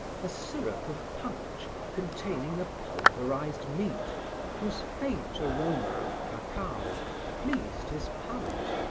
a syrup of punch containing a pulverized meat whose faint aroma of cacao pleased his palate.